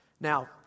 Now